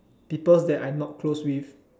people that I not close with